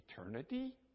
eternity